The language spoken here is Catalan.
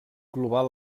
global